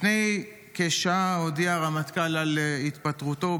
לפני כשעה הודיע הרמטכ"ל על התפטרותו,